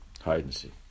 Hide-and-seek